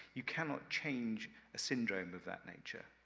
you cannot change a syndrome of that nature.